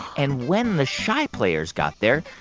and when the shy players got there,